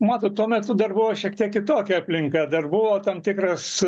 matot tuo metu dar buvo šiek tiek kitokia aplinka dar buvo tam tikras